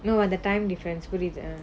you know no the time difference would either